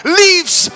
leaves